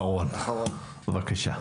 בבקשה.